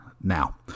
now